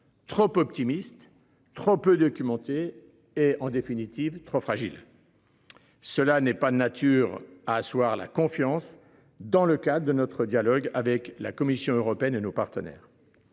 Trop optimistes. Trop peu documentés et en définitive trop fragile. Cela n'est pas de nature à asseoir la confiance dans le cadre de notre dialogue avec la Commission européenne et nos partenaires.